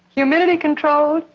humidity controlled,